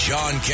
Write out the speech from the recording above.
John